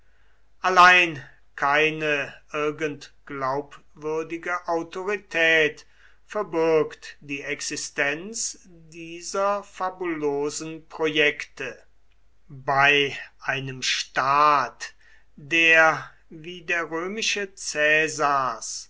allein keine irgend glaubwürdige autorität verbürgt die existenz dieser fabulosen projekte bei einem staat der wie der römische